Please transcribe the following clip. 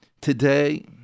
Today